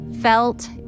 felt